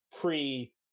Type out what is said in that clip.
pre